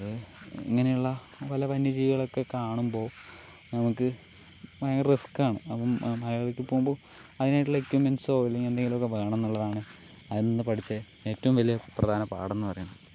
അത് ഇങ്ങനെയുള്ള വല്ല വന്യ ജീവികളെയൊക്കെ കാണുമ്പോൾ നമുക്ക് ഭയങ്കര റിസ്ക്കാണ് അതും മലയിലേക്ക് പോകുമ്പോൾ അതിനായിട്ടുള്ള എക്വിപ്പ്മെന്റ് സോ അല്ലെങ്കിൽ എന്തെങ്കിലും ഒക്കെ വേണമെന്നുള്ളതാണ് അതിൽ നിന്ന് പഠിച്ച ഏറ്റവും വലിയ പ്രധാന പാഠമെന്ന് പറയുന്നത്